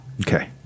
Okay